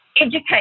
educate